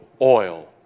oil